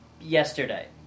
Yesterday